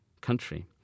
country